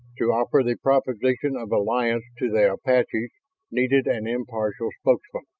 to offer the proposition of alliance to the apaches needed an impartial spokesman.